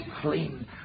clean